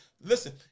Listen